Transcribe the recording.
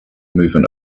movement